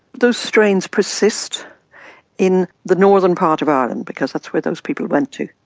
those strains persist in the northern part of ireland, because that's where those people went to.